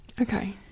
Okay